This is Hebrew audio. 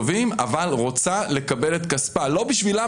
ולא בשבילם,